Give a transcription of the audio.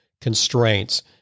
constraints